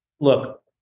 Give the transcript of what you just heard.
look